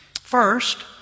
First